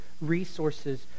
resources